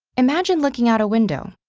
imagine looking out a window.